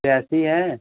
प्यासी हैं